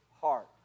heart